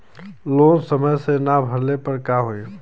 Loan समय से ना भरले पर का होयी?